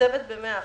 ומתוקצבת במאה אחוז,